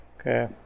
Okay